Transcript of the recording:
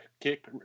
kick